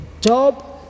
Job